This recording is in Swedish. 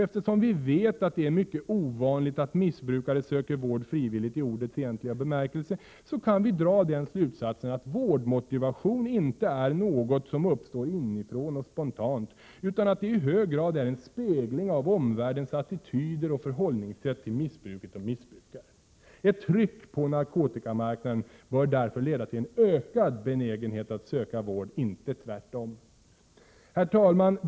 Eftersom vi vet att det är mycket ovanligt att missbrukare söker vård frivilligt, i ordets egentliga bemärkelse, kan vi dra den slutsatsen, att vårdmotivation inte är något som uppstår inifrån och spontant, utan att det i hög grad är en spegling av omvärldens attityder och förhållningssätt till missbruket och missbrukaren. Ett tryck på narkotikamarknaden bör därför leda till en ökad benägenhet att söka vård. Inte tvärtom. Herr talman!